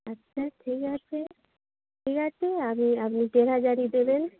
আচ্ছা ঠিক আছে ঠিক আছে আমি আপনি দেড় হাজারই দেবেন